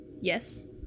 Yes